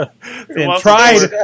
tried